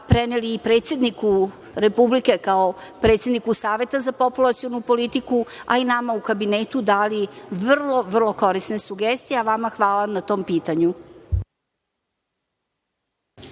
preneli i predsedniku Republike kao predsedniku Saveta za populacionu politiku, a i nama u kabinetu dali vrlo, vrlo korisne sugestije. Vama hvala na tom pitanju.